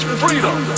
freedom